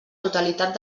totalitat